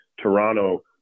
Toronto